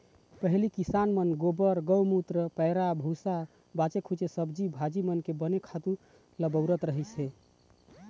पहिली किसान मन गोबर, गउमूत्र, पैरा भूसा, बाचे खूचे सब्जी भाजी मन के बने खातू ल बउरत रहिस हे